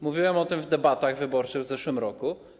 Mówiłem o w debatach wyborczych w zeszłym roku.